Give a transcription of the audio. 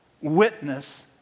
witness